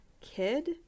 kid